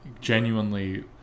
genuinely